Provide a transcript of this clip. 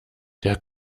der